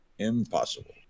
impossible